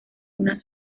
una